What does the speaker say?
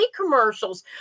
commercials